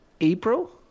April